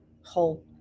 whole